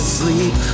sleep